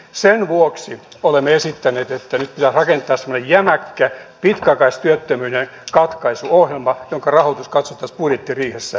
sen vuoksi olemme esittäneet että nyt pitäisi rakentaa semmoinen jämäkkä pitkäaikaistyöttömyyden katkaisuohjelma jonka rahoitus katsottaisiin budjettiriihessä